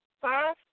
Five